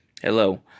Hello